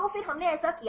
तो फिर हमने ऐसा किया